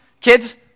Kids